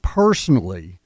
personally